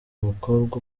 umukobwa